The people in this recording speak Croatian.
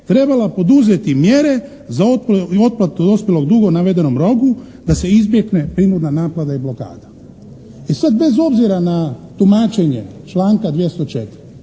trebala poduzeti mjere za otplatu dospjelog duga u navedenom roku da se izbjegne prinudna naplata i blokada. I sada bez obzira na tumačenje članka 204.